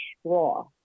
straw